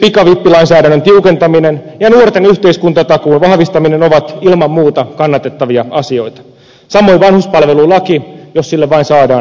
esimerkiksi pikavippilainsäädännön tiukentaminen ja nuorten yhteiskuntatakuun vahvistaminen ovat ilman muuta kannatettavia asioita samoin vanhuspalvelulaki jos sille vain saadaan hyvä sisältö